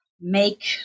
make